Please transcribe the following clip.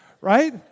right